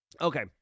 Okay